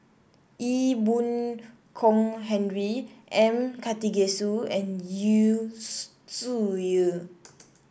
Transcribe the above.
Ee Boon Kong Henry M Karthigesu and Yu Zhuye